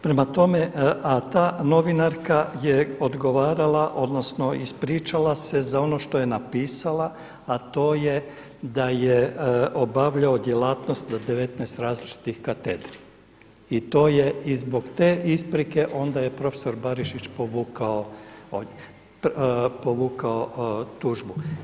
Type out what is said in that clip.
Prema tome, a ta novinarka je odgovarala odnosno ispričala se za ono što je napisala a to je da je obavljao djelatnost na 19 različitih katedri i to je i zbog te isprike onda je profesor Barišić povukao tužbu.